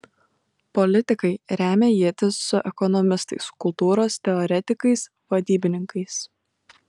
politikai remia ietis su ekonomistais kultūros teoretikais vadybininkais